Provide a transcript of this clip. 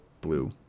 blue